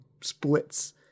splits